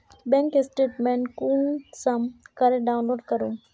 Bank statement कुंसम करे download करूम?